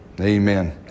Amen